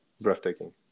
breathtaking